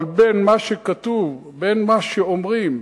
אבל בין מה שכתוב ומה שאומרים